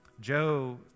Joe